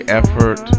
effort